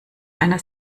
einer